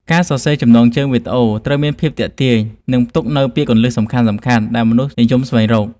ការសរសេរចំណងជើងវីដេអូ ត្រូវតែមានភាពទាក់ទាញ និងមានផ្ទុកនូវពាក្យគន្លឹះសំខាន់ៗដែលមនុស្សនិយមស្វែងរក។